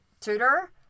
tutor